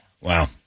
Wow